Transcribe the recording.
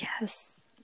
yes